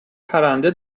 پرنده